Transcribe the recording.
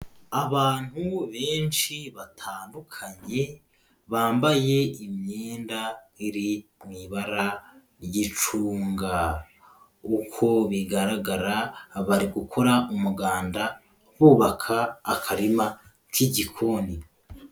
Abantu benshi batandukanye, bambaye imyenda iri mu ibara ry'icunga. Uko bigaragara bari gukora umuganda, bubaka akarima k'igikoni.